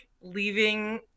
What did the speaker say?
leaving